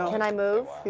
and i move?